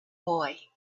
boy